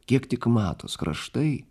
kiek tik matos kraštai